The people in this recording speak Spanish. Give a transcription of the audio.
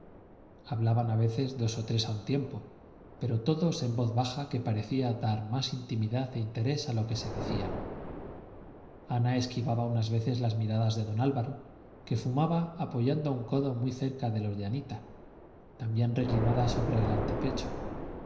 hablaban a veces dos o tres a un tiempo pero todos en voz baja que parecía dar más intimidad e interés a lo que se decían ana esquivaba unas veces las miradas de don álvaro que fumaba apoyando un codo muy cerca de los de anita también reclinada sobre el